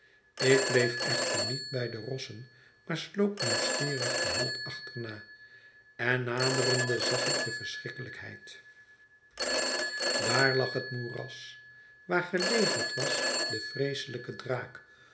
ik bleef echter niet bij de rossen maar sloop nieuwsgierig den held achterna en naderende zag ik de verschrikkelijkheid daar lag het moeras waar gelegerd was de vreeslijke draak